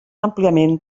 àmpliament